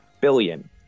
billion